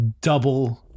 double